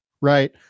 Right